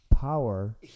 power